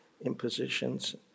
impositions